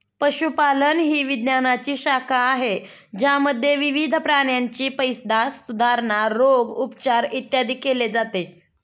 पशुपालन ही विज्ञानाची शाखा आहे ज्यामध्ये विविध प्राण्यांची पैदास, सुधारणा, रोग, उपचार, इत्यादी केले जाते